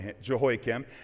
jehoiakim